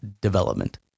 development